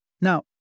Now